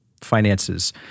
finances